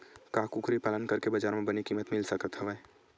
का कुकरी पालन करके बजार म बने किमत मिल सकत हवय?